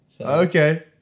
Okay